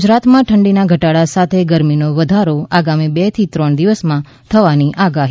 ગુજરાતમાં ઠંડીના ઘટાડા સાથે ગરમીનો વધારો આગામી બે ત્રણ દિવસમાં થવાની આગાહી